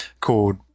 called